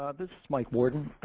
ah this is mike gordon.